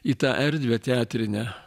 į tą erdvę teatrinę